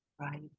Right